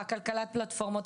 כלכלת פלטפורמות,